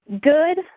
good